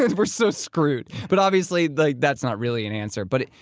we're so screwed. but obviously like, that's not really an answer. but it,